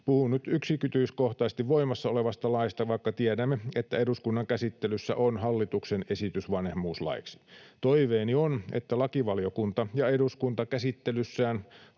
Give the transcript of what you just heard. Puhun nyt yksityiskohtaisesti voimassa olevasta laista, vaikka tiedämme, että eduskunnan käsittelyssä on hallituksen esitys vanhemmuuslaiksi. Toiveeni on, että lakivaliokunta ja eduskunta käsittelyssään